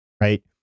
right